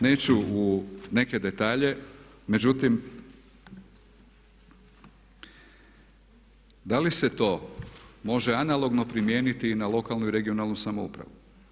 Neću u neke detalje, međutim da li se to može analogno primijeniti i na lokalnu i regionalnu samoupravu?